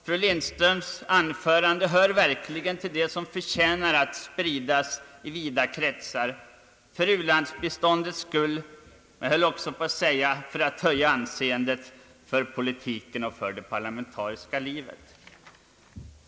Fru Lindströms anförande hör verkligen till det som förtjänar att spridas i vida kret sar — för u-landsbiståndets skull men även för att höja anseendet hos politiken och hos det parlamentariska livet.